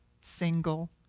single